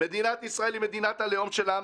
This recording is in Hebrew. מדינת ישראל היא מדינת הלאום של העם